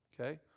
Okay